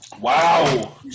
Wow